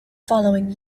following